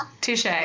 Touche